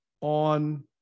on